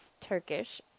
Turkish